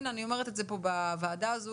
הנה אני אומרת את זה פה בוועדה הזו,